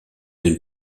den